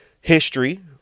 history